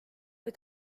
või